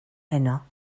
heno